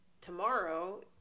tomorrow